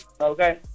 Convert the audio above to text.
okay